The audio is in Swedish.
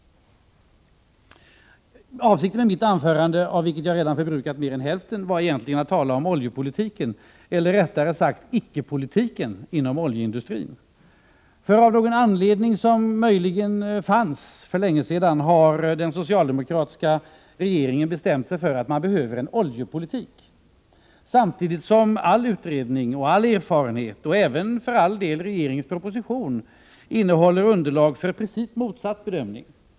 Avsikten med mitt anförande — jag har redan förbrukat mer än hälften av den utsatta tiden — var egentligen att tala om oljepolitiken eller, rättare sagt, icke-politiken inom oljeindustrin. Av någon anledning som möjligen fanns för länge sedan har den socialdemokratiska regeringen bestämt sig för att man behöver en oljepolitik. Samtidigt ger allt utredningsarbete och all erfarenhet — och för all del även innehållet i regeringens proposition — underlag för rakt motsatt bedömning.